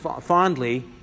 fondly